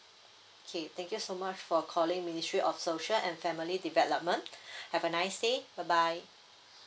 okay thank you so much for calling ministry of social and family development have a nice day bye bye